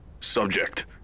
SUBJECT